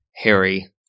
Harry